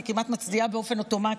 אני כמעט מצדיעה באופן אוטומטי.